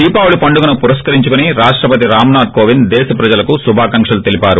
దీపావళి పండుగను పురస్కరించుకొని రాష్షపతి రామ్నాధ్ కోవింద్ దేశప్రజలకు శుభాకాంక్షలు తెలిపారు